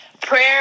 Prayer